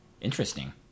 Interesting